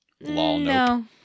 No